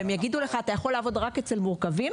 והם יגידו לך אתה יכול לעבוד רק אצל מורכבים,